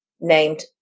named